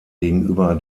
gegenüber